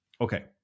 Okay